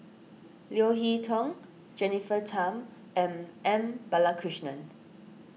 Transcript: Leo Hee Tong Jennifer Tham and M Balakrishnan